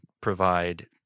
provide